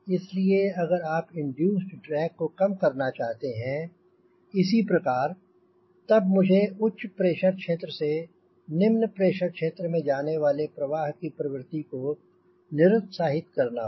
इसलिए अगर आप इंड्यूस ड्रैग को कम करना चाहते हैं इसी प्रकार तब मुझे उच्च प्रेशर क्षेत्र से निम्न प्रेशर क्षेत्र को जाने वाले प्रवाह की प्रवृत्ति को निरुत्साहित करना होगा